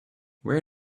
where